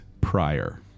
prior